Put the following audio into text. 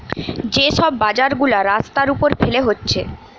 যে সব বাজার গুলা রাস্তার উপর ফেলে হচ্ছে